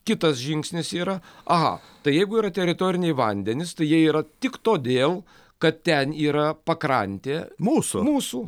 kitas žingsnis yra a tai jeigu yra teritoriniai vandenys tai jie yra tik todėl kad ten yra pakrantė mūsų mūsų